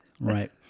Right